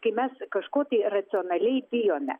kai mes kažko tai racionaliai bijome